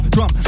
Drum